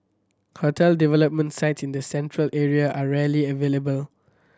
hotel development site in the Central Area are rarely available